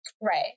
Right